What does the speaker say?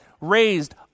raised